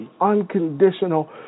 unconditional